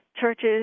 churches